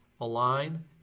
align